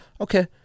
okay